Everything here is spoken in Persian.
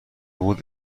بود